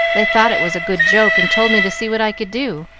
they thought it was a good joke, and told me to see what i could do.